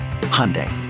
Hyundai